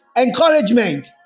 encouragement